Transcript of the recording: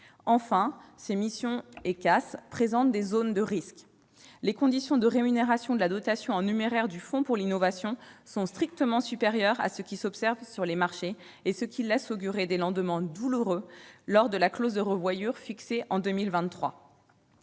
2014. Ces missions et ce CAS présentent des zones de risques. Les conditions de rémunération de la dotation en numéraire du fonds pour l'innovation et l'industrie sont strictement supérieures à ce qui s'observe sur les marchés, ce qui laisse augurer des lendemains douloureux lors de la clause de revoyure fixée à 2023.